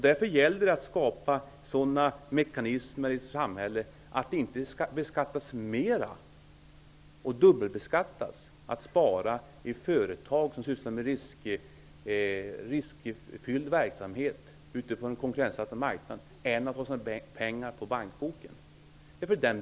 Därför gäller det att skapa sådana mekanismer i samhället att sparande i företag som sysslar med riskfylld verksamhet på den konkurrensutsatta marknaden inte beskattas hårdare än när man har sina pengar på bankboken.